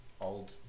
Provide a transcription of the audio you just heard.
Old